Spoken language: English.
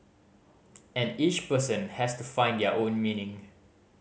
and each person has to find their own meaning